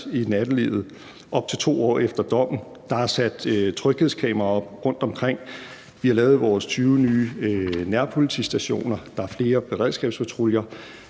i nattelivet op til 2 år efter dommen. Der er sat tryghedskameraer op rundtomkring. Vi har oprettet 20 nye nærpolitistationer, og der er flere beredskabspatruljer.